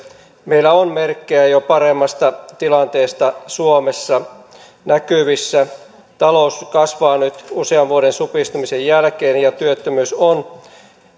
meillä on merkkejä jo paremmasta tilanteesta suomessa näkyvissä talous kasvaa nyt usean vuoden supistumisen jälkeen ja työttömyys on